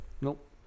Nope